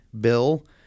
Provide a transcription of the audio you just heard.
Bill